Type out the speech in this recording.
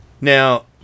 Now